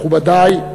מכובדי,